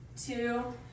two